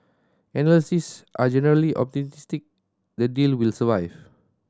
analysts are generally optimistic the deal will survive